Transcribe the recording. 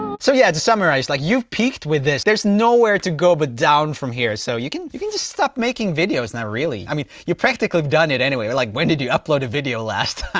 so yeah, to summarize like you've peaked with this. there's nowhere to go but down from here so you can you can just stop making videos now really? i mean you practically have done it anyway well like, when did you upload a video last?